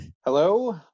Hello